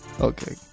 Okay